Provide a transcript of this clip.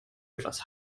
etwas